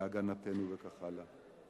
להגנתנו, וכך הלאה.